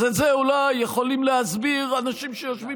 את זה אולי יכולים להסביר אנשים שיושבים